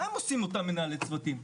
מה עושים אותם מנהלי צוותים?